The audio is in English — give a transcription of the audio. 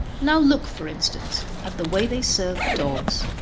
now look, for instance, at the way they serve dogs,